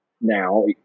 now